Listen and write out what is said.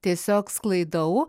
tiesiog sklaidau